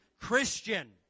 Christian